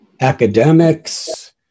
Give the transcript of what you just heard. academics